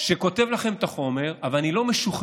יש מישהו שכותב לכם את החומר, אבל אני לא משוכנע,